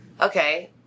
okay